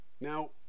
Now